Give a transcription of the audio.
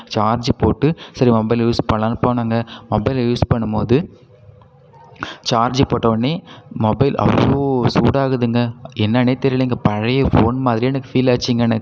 charge போட்டு சரி mobile use பண்ணலாம்னு போனேங்க மொபைலை யூஸ் பண்ணும்போது சார்ஜு போட்ட உடனே மொபைல் அவ்வளோ சூடாகுதுங்க என்னென்ன தெரியலங்க பழைய ஃபோன் மாதிரி எனக்கு ஃபீல் ஆச்சுங்க எனக்கு